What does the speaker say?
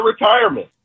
retirement